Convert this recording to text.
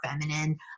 feminine